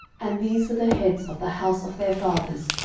and these were the heads of the house of their fathers,